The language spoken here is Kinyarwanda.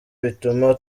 bituma